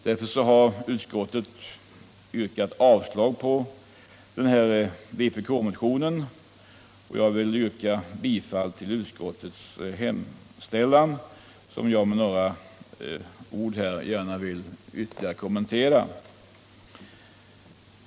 Därför har utskottet yrkat avslag på denna vpk-motion. Jag vill här yrka bifall till utskottets hemställan, som jag med några ord gärna vill ytterligare kommentera.